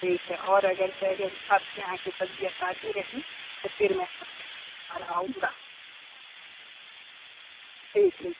ठीक है और अगर से हम आपकी यहाँ कि सब्ज़ियाँ ताज़ी रहीं तो फिर मैं आपके यहाँ कल आऊँगा ठीक है